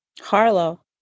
Harlow